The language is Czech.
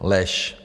Lež.